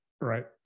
Right